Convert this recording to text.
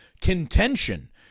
Contention